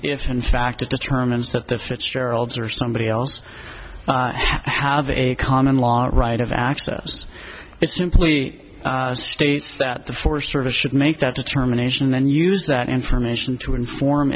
if in fact it determines that the fitzgeralds or somebody else how the a common law right of access it simply states that the forest service should make that determination and then use that information to inform